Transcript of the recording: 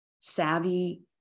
savvy